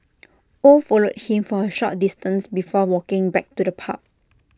oh followed him for A short distance before walking back to the pub